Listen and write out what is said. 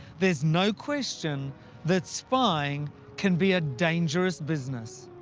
there's no question that spying can be a dangerous business.